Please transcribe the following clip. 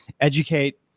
educate